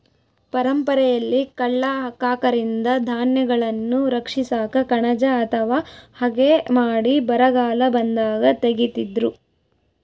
ಪರಂಪರೆಯಲ್ಲಿ ಕಳ್ಳ ಕಾಕರಿಂದ ಧಾನ್ಯಗಳನ್ನು ರಕ್ಷಿಸಾಕ ಕಣಜ ಅಥವಾ ಹಗೆ ಮಾಡಿ ಬರಗಾಲ ಬಂದಾಗ ತೆಗೀತಿದ್ರು